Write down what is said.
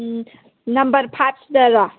number ꯐꯥꯏꯚꯁꯤꯗꯔꯣ